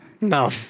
No